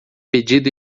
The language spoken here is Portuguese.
pedido